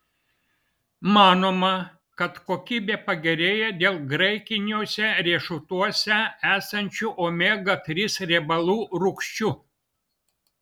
manoma kad kokybė pagerėja dėl graikiniuose riešutuose esančių omega trys riebalų rūgščių